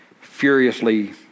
furiously